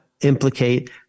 implicate